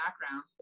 background